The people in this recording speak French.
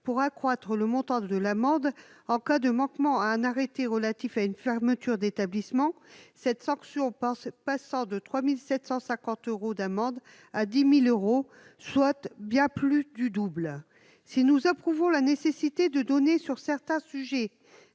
pour accroître le montant de l'amende en cas de manquement à un arrêté relatif à une fermeture d'établissement cette sanction pense, passant de 3750 euros d'amende à 10000 euros, soit bien plus du double, si nous approuvons la nécessité de donner sur certains sujets,